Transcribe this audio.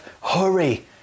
hurry